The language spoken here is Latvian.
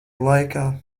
laikā